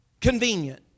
convenient